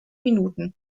minuten